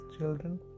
children